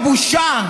אבל אתה כבר הכרעת.